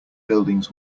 buildings